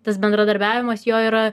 tas bendradarbiavimas jo yra